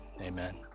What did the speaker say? amen